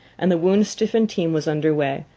and the wound-stiffened team was under way,